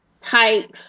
type